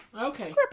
Okay